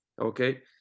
okay